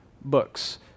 books